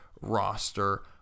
roster